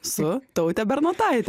su taute bernotaite